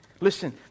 Listen